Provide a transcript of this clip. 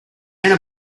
are